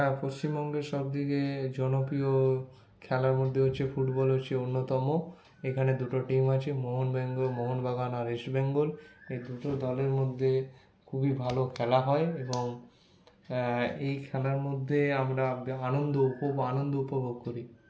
হ্যাঁ পশ্চিমবঙ্গে সবদিকে জনপ্রিয় খেলার মধ্যে হচ্ছে ফুটবল হচ্ছে অন্যতম এখানে দুটো টিম আছে মোহন মোহনবাগান আর ইস্টবেঙ্গল এই দুটো দলের মধ্যে খুবই ভালো খেলা হয় এবং এই খেলার মধ্যে আমরা আনন্দ খুব আনন্দ উপভোগ করি